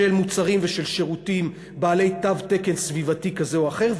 של מוצרים ושל שירותים בעלי תו תקן סביבתי כזה או אחר,